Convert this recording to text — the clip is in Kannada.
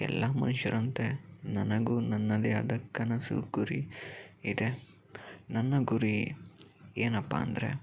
ಎಲ್ಲ ಮನುಷ್ಯರಂತೆ ನನಗೂ ನನ್ನದೇ ಆದ ಕನಸು ಗುರಿ ಇದೆ ನನ್ನ ಗುರಿ ಏನಪ್ಪ ಅಂದರೆ